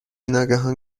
ناگهان